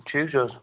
ٹھیٖکھ چھِو حظ